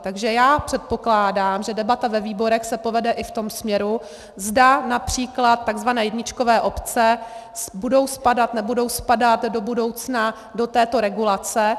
Takže předpokládám, že debata ve výborech se povede i v tom směru, zda například takzvané jedničkové obce budou spadat, nebudou spadat do budoucna do této regulace.